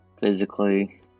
Physically